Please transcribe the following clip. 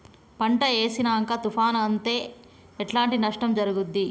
పంట వేసినంక తుఫాను అత్తే ఎట్లాంటి నష్టం జరుగుద్ది?